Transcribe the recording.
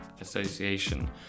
association